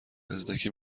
مزدک